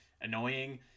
annoying